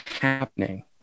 happening